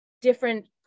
Different